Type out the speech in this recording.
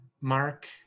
Mark